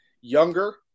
younger